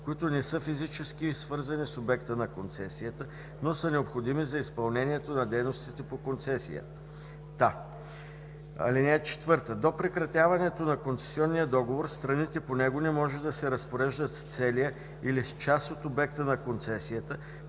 които не са физически свързани с обекта на концесията, но са необходими за изпълнението на дейностите по концесията. (4) До прекратяването на концесионния договор страните по него не може да се разпореждат с целия или с част от обекта на концесията,